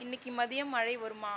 இன்னிக்கு மதியம் மழை வருமா